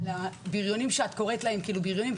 גם לא על הבריונים שאת קוראת להם בריונים,